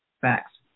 Facts